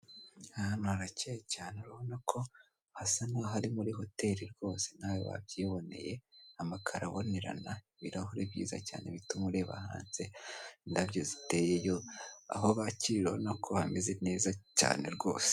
Aha hantu harakeye cyane urabona ko hasa n'aho ari kuri hoteli rwose nawe wabyibineye, amakaro abonerena, ibirahure byiza cyane bituma ureba hanze, indabyo ziteyeyo, aho bakirira urabna ko hameze neza cyane rwose.